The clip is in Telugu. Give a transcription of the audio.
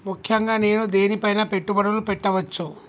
ముఖ్యంగా నేను దేని పైనా పెట్టుబడులు పెట్టవచ్చు?